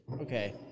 Okay